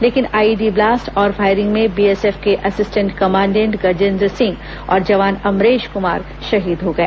लेकिन IED blast और firing में बीएसएफ के असिस्टेंट कमांडेंट गजेन्द्र सिंह और जवान अमरेश कुमार शहीद हो गए